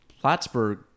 Plattsburgh